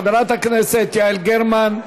חברת הכנסת יעל גרמן,